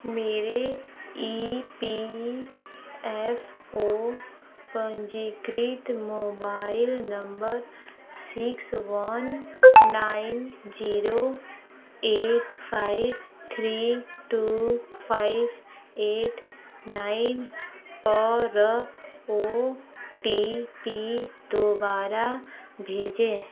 मेरे E P F O पंजीकृत mobile number six one nine zero eight five three two five eight nine और O T P दोबारा भेजें